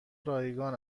رایگان